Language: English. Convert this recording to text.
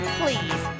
please